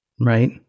right